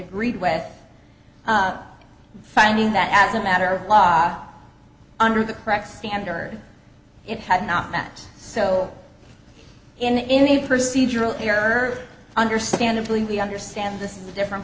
agreed with finding that as a matter of law under the correct standard it had not met so in the procedural error understandably we understand this is a different